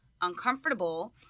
uncomfortable